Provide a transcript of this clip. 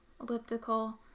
elliptical